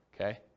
okay